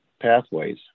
pathways